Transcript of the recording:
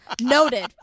noted